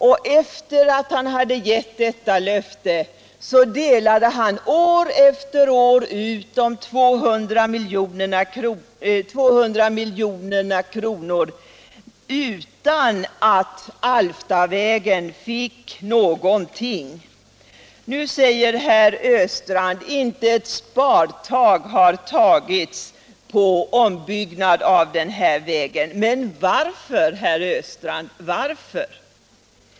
Efter det att han hade gett detta löfte delade han år efter år ut de 200 miljonerna utan att Alftavägen fick någonting. Nu säger herr Östrand att inte ett spadtag har tagits för ombyggnad av den här vägen. Men varför, herr Östrand?